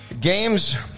games